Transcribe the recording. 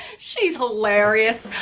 she's hilarious.